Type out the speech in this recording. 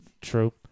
true